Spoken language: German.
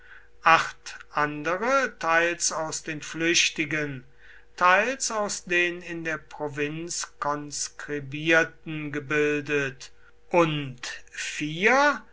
acht andere teils aus den flüchtigen teils aus den in der provinz konskribierten gebildet und vier